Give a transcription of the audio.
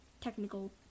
technical